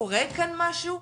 קורה כאן משהו,